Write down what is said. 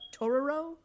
Tororo